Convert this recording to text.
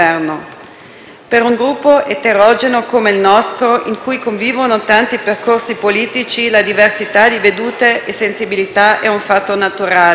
Per un Gruppo eterogeneo come il nostro, in cui convivono tanti percorsi politici, la diversità di vedute e sensibilità è un fatto naturale.